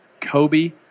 kobe